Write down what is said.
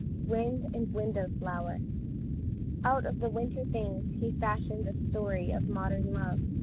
wind and window flower out of the winter things he fashions a story of modern love.